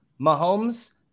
Mahomes